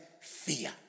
fear